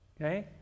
Okay